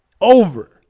over